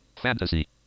Fantasy